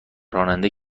راننده